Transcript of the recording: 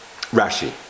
Rashi